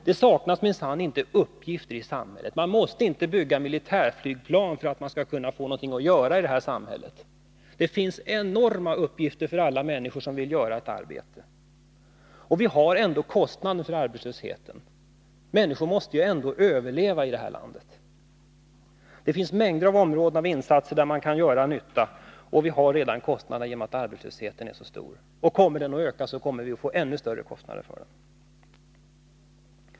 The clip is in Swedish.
Det saknas minsann inte uppgifter i samhället. Man måste inte bygga militärflygplan för att man skall kunna få någonting att göra i samhället. Det finns enorma uppgifter för alla människor som vill göra ett arbete. Och vi har ändå kostnaden för arbetslösheten. Människor måste ju överleva i det här landet. Det finns mängder av områden där insatser behövs. Och kostnaden har vi redan genom att arbetslösheten är så stor. Kommer den dessutom att öka kommer vi att få ännu större kostnader för den.